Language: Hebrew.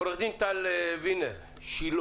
עורכת הדין טל וינר שילה,